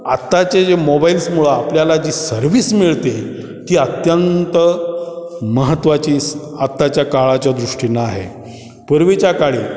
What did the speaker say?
आत्ताचे जे मोबाईल्समुळं आपल्याला जी सर्व्हिस मिळते ती अत्यंत महत्त्वाची आत्ताच्या काळाच्या दृष्टीनं आहे पूर्वीच्या काळी